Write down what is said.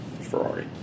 Ferrari